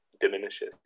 diminishes